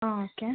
okay